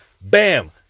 bam